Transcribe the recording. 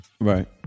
Right